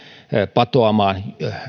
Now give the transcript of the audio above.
patoamaan